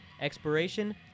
Expiration